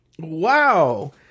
wow